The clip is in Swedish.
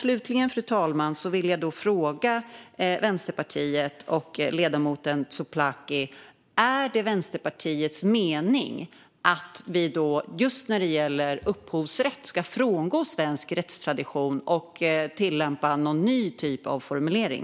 Slutligen vill jag ställa en fråga till Vänsterpartiet och ledamoten Tsouplaki: Är det Vänsterpartiets mening att vi just när det gäller upphovsrätt ska frångå svensk rättstradition och tillämpa någon ny typ av formulering?